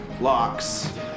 locks